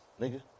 nigga